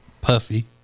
Puffy